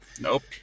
Nope